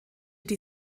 die